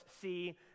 see